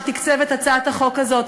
שתקצב את הצעת החוק הזאת,